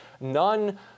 none